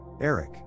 Eric